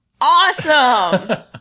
Awesome